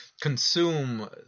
consume